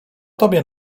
tobie